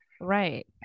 right